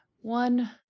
One